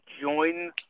join